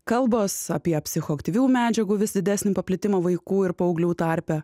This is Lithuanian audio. kalbos apie psichoaktyvių medžiagų vis didesnį paplitimą vaikų ir paauglių tarpe